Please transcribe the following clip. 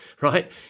right